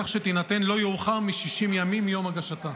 כך שתינתן תשובה לא יאוחר מ-60 ימים מיום הגשת הבקשה.